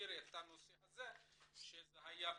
להבהיר את הנושא הזה שזה היה בתנאי.